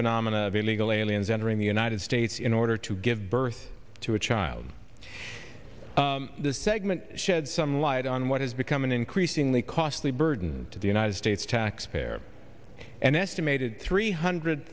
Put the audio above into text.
phenomena of illegal aliens entering the united states in order to give birth to a child this segment shed some light on what has become an increasingly costly burden to the united states taxpayer an estimated three hundred